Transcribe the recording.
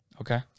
Okay